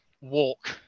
walk